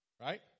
Right